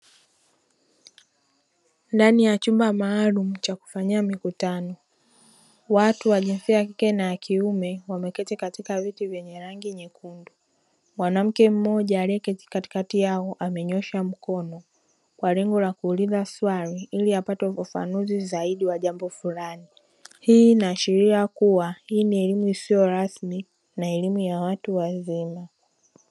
Ndani ya chumba maalumu cha kufanyia mikutano, watu wa jinsia ya kike na ya kiume wameketi katika viti vyenye rangi nyekundu. Mwanamke mmoja aliyeketi katikati yao amenyoosha mkono kwa lengo la kuuliza swali ili apate ufafanuzi zaidi wa jambo fulani, hii ina ashiria kuwa hii ni elimu isiyo rasmi na elimu ya watu wazima.